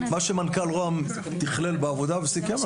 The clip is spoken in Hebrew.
מה שמנכ"ל משרד ראש הממשלה תכלל בעבודה וסיכם,